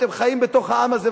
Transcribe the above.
אתם חיים בתוך העם הזה,